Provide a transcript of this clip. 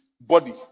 body